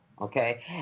okay